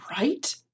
right